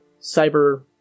cyber